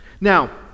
Now